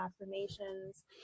affirmations